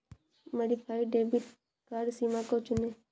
modified debit card सीमा को चुनें